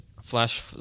flash